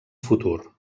futur